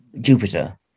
Jupiter